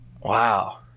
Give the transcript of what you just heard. Wow